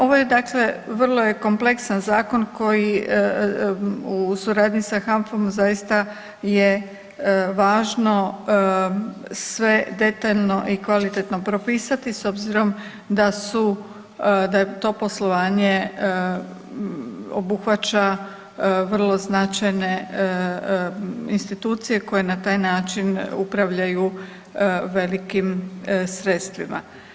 Ovo je dakle vrlo kompleksan je zakon koji u suradnji sa HANFA-om zaista je važno sve detaljno i kvalitetno propisati s obzirom da to poslovanje obuhvaća vrlo značajne institucije koje na taj način upravljaju velikim sredstvima.